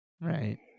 right